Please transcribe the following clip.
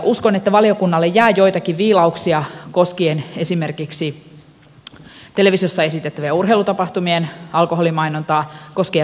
uskon että valiokunnalle jää joitakin viilauksia koskien esimerkiksi televisiossa esitettävää urheilutapahtumien alkoholimainontaa koskien radiomainontaa